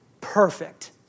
perfect